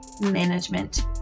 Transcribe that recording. Management